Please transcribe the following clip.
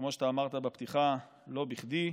וכמו שאמרת בפתיחה, לא בכדי.